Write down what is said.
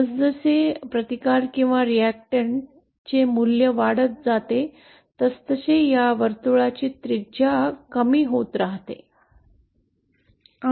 जसजसे प्रतिकार किंवा रिअॅक्टंट चे मूल्य वाढत जाते तसतसे या वर्तुळाची त्रिज्या कमी होतच राहते